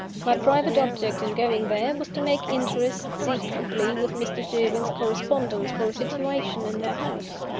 my private object in going there, was to make interest secretly with mr. sherwin's correspondents for a situation in their house.